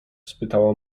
spytała